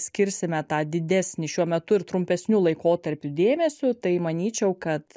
skirsime tą didesnį šiuo metu ir trumpesniu laikotarpiu dėmesiu tai manyčiau kad